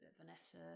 Vanessa